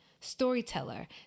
storyteller